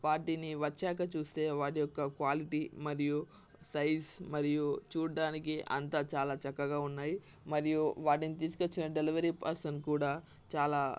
వాటిని వచ్చాక చూస్తే వాటి యొక్క క్వాలిటీ మరియు సైజ్ మరియు చూడ్డానికి అంతా చాలా చక్కగా ఉన్నాయి మరియు వాటిని తీసుకొచ్చిన డెలివరీ పర్సన్ కూడా చాలా